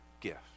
gift